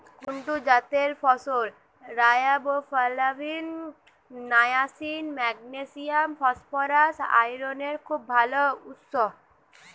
কুট্টু জাতের ফসল riboflavin, niacin, magnesium, phosphorus, আয়রনের খুব ভাল উৎস